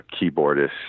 keyboardist